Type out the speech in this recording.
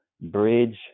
bridge